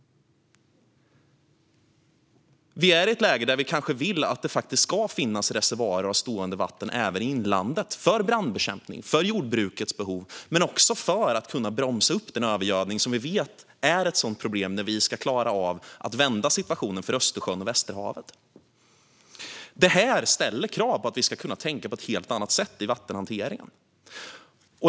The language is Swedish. Vi är i ett läge där vi kanske vill att det ska finnas reservoarer av stående vatten även i inlandet för brandbekämpning, för jordbrukets behov men också för att man ska kunna bromsa den övergödning som vi vet är ett problem när vi ska klara av att vända situationen för Östersjön och Västerhavet. Detta ställer krav på att vi ska kunna tänka på ett helt annat sätt i fråga om vattenhanteringen.